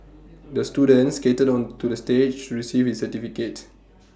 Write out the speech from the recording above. the student skated onto the stage to receive his certificate